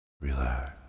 relax